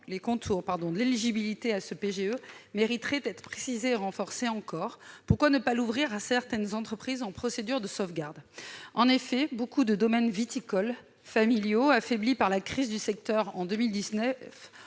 les contours de l'éligibilité à ce PGE mériteraient d'être encore précisés et renforcés. Pourquoi ne pas l'ouvrir à certaines entreprises en procédure de sauvegarde ? En effet, beaucoup de domaines viticoles, familiaux, affaiblis par la crise du secteur en 2019,